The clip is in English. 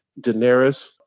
Daenerys